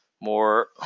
more